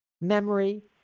memory